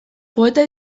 poeta